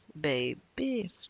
Baby